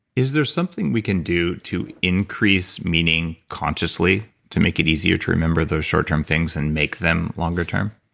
is there something we can do to increase meaning consciously to make it easier to remember those short-term things, and make them longer-term?